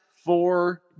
Four